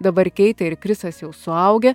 dabar keitė ir kristas jau suaugę